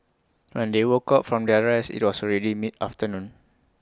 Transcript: when they woke up from their rest IT was already mid afternoon